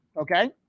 okay